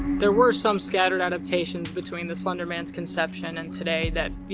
there were some scattered adaptations between the slender man's conception and today that, you